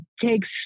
takes